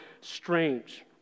strange